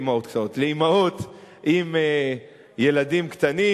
עם ילדים קטנים.